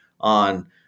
on